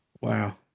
wow